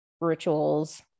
rituals